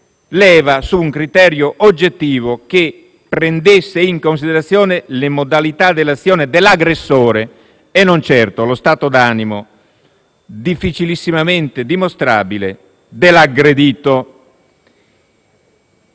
leva su un criterio oggettivo, che prendesse in considerazione le modalità dell'azione dell'aggressore e non certo lo stato d'animo, difficilissimamente dimostrabile, dell'aggredito.